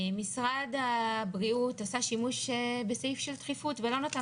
משרד הבריאות עשה שימוש בסעיף של דחיפות ולא נתן